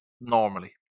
normally